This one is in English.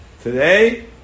Today